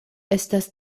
estas